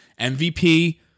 MVP